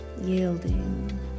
yielding